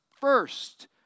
first